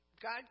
God